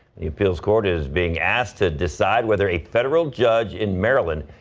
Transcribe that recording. the appeals court is being asked to decide whether a federal judge in maryland.